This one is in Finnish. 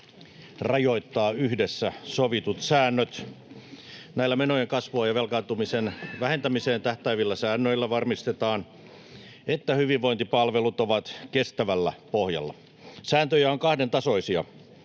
rajoittaa yhdessä sovitut säännöt. Näillä menojen kasvun ja velkaantumisen vähentämiseen tähtäävillä säännöillä varmistetaan, että hyvinvointipalvelut ovat kestävällä pohjalla. Sääntöjä on kahden tasoisia: